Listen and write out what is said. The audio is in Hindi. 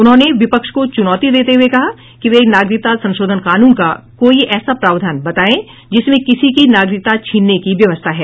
उन्होंने विपक्ष को चुनौती देते हुए कहा कि वे नागरिकता संशोधन कानून का कोई ऐसा प्रावधान बताएं जिसमें किसी की नागरिकता छिनने की व्यवस्था है